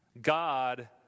God